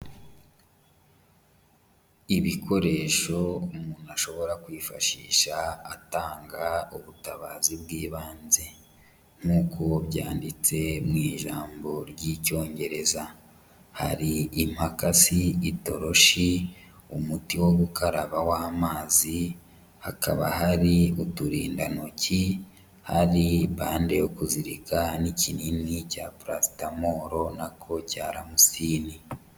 Ibikoresho umuntu ashobora kwifashisha atanga ubutabazi bw'ibanze nk'uko byanditse mu ijambo ry'Icyongereza, hari imakasi, itoroshi, umuti wo gukaraba w'amazi, hakaba hari uturindantoki, hari bande yo kuzirika n'ikinini cya pulasitamoro na ko cya ramusini.